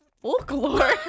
folklore